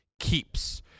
Keeps